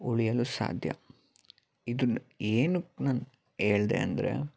ಉಳಿಯಲು ಸಾಧ್ಯ ಇದನ್ನು ಏನಕ್ಕೆ ನಾನು ಹೇಳ್ದೆ ಅಂದರೆ